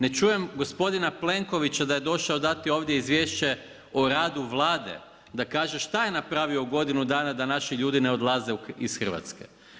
Ne čujem gospodina Plenkovića da je došao dati ovdje izvješće o radu Vlade, da kaže šta je napravio u godinu dana da naši ljudi odlaze iz Hrvatske.